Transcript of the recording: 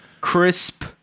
Crisp